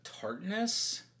tartness